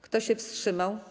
Kto się wstrzymał?